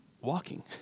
walking